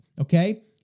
Okay